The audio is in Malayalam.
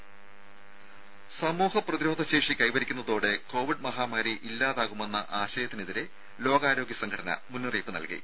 രുര സമൂഹ പ്രതിരോധ ശേഷി കൈവരിക്കുന്നതോടെ കോവിഡ് മഹാമാരി ഇല്ലാതാകുമെന്ന ആശയത്തിനെതിരെ ലോകാരോഗ്യ സംഘടന മുന്നറിയിപ്പ് നൽകി